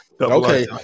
Okay